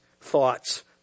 thoughts